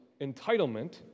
entitlement